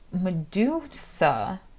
Medusa